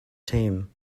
team